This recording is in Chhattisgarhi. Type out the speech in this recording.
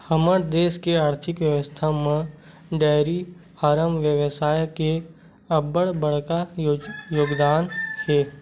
हमर देस के अर्थबेवस्था म डेयरी फारम बेवसाय के अब्बड़ बड़का योगदान हे